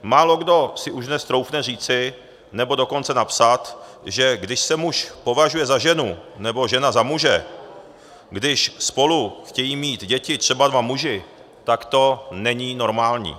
Málokdo si už dnes troufne říci, nebo dokonce napsat, že když se muž považuje za ženu nebo žena za muže, když spolu chtějí mít děti třeba dva muži, tak to není normální.